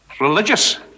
Religious